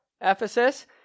Ephesus